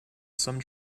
some